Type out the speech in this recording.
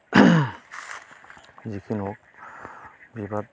जिखुनु बिबार